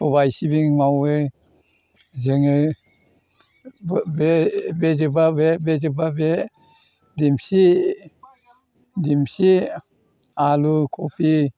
सबाय सिबिं मावो जोङो बे जोब्बा बे बे जोबबा बे डेमसि डेमसि आलु कपि